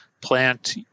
plant